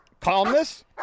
calmness